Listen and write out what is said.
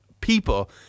people